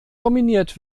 dominiert